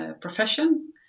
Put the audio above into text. profession